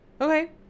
Okay